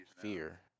fear